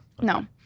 No